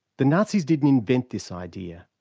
the nazis didn't invent this idea.